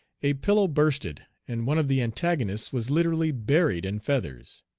a pillow bursted, and one of the antagonists was literally buried in feathers.